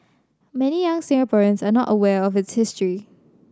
many young Singaporeans are not aware of its history